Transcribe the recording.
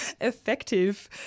effective